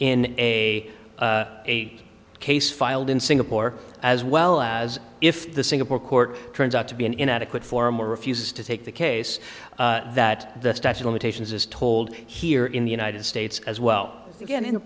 in a case filed in singapore as well as if the singapore court turns out to be an inadequate form or refuses to take the case that starts an imitation is told here in the united states as well again in a